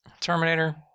terminator